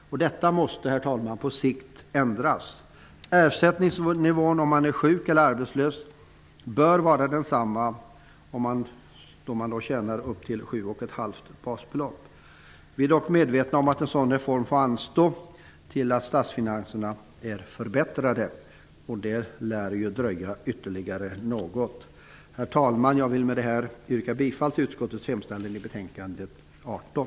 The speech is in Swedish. Detta måste, herr talman, på sikt ändras. Ersättningsnivån om man är sjuk eller arbetslös bör vara densamma om man tjänar upp till sju och ett halvt basbelopp. Vi är dock medvetna om att en sådan reform får anstå till dess att statsfinanserna är förbättrade. Det lär dröja ytterligare något. Herr talman! Jag vill med detta yrka bifall till utskottets hemställan i betänkandet 18.